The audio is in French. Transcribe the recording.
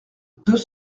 deux